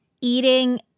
Eating